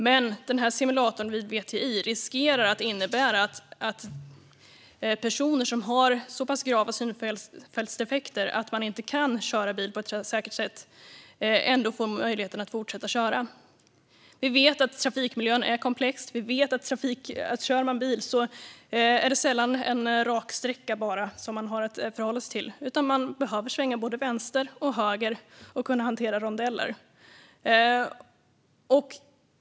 Men med VTI-simulatorn finns risk att personer med så grava synfältsdefekter att de inte kan köra trafiksäkert ändå får möjlighet att fortsätta köra. Vi vet att trafikmiljön är komplex och att det sällan är bara raksträckor. Man behöver kunna svänga både vänster och höger och hantera rondeller.